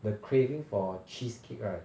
the craving for cheesecake right